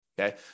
okay